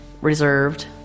reserved